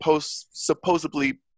supposedly